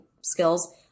skills